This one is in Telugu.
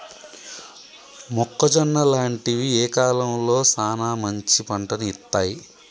మొక్కజొన్న లాంటివి ఏ కాలంలో సానా మంచి పంటను ఇత్తయ్?